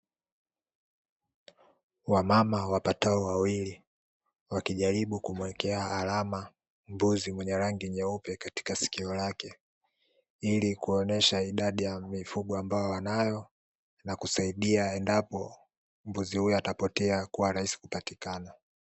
Wamama wapatao wawili wakijaribu kumuwekea alama mbuzi mwenye rangi nyeupe katika sikio lake, ili kuonesha idadi ya mifugo ambao wanayo na kusaidia endapo mbuzi huyo atapotea kuwa rahisi kupatikana.